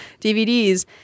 DVDs